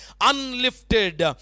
unlifted